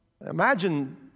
Imagine